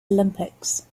olympics